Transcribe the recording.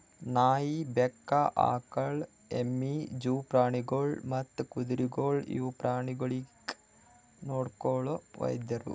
ನಾಯಿ, ಬೆಕ್ಕ, ಆಕುಳ, ಎಮ್ಮಿ, ಜೂ ಪ್ರಾಣಿಗೊಳ್ ಮತ್ತ್ ಕುದುರೆಗೊಳ್ ಇವು ಪ್ರಾಣಿಗೊಳಿಗ್ ನೊಡ್ಕೊಳೋ ವೈದ್ಯರು